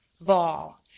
ball